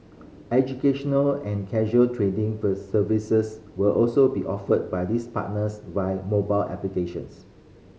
educational and casual trading services will also be offered by this partners via mobile applications